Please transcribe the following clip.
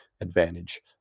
advantage